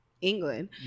England